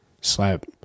Slap